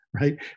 right